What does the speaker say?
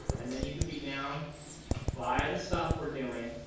and then you can be down by the stuff we're doing,